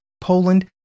Poland